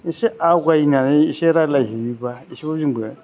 एसे आवगायनानै एसे रायज्लायहैयोबा बिसोरखौ जोंबो